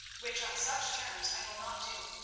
which on such terms i will not do.